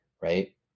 right